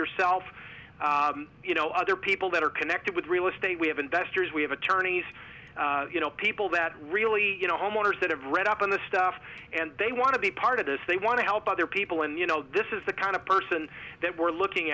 yourself you know other people that are connected with real estate we have investors we have attorneys you know people that really you know homeowners that have read up on the stuff and they want to be part of this they want to help other people and you know this is the kind of person that we're looking